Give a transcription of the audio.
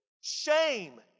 Shame